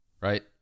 right